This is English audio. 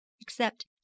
except